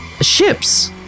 Ships